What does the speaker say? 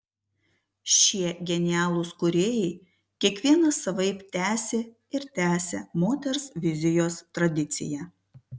šie genialūs kūrėjai kiekvienas savaip tęsė ir tęsia moters vizijos tradiciją